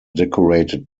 decorated